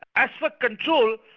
as for control,